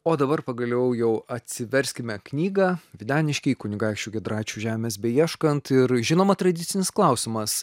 o dabar pagaliau jau atsiverskime knygą videniškiai kunigaikščių giedraičių žemės beieškant ir žinoma tradicinis klausimas